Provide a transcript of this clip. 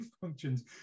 functions